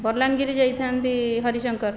ବଲାଙ୍ଗୀର ଯାଇଥାନ୍ତି ହରିଶଙ୍କର